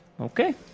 Okay